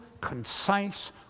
concise